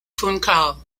funchal